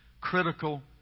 critical